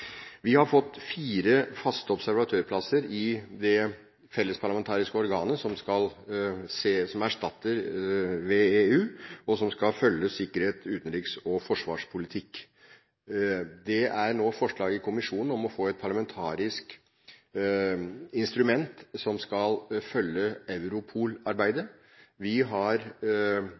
Vi har fått fire faste observatørplasser i det fellesparlamentariske organet som erstatter VEU, og som skal følge sikkerhets-, utenriks- og forsvarspolitikken. Det er nå forslag i kommisjonen om å få et parlamentarisk instrument som skal følge Europol-arbeidet. Vi har